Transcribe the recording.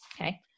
Okay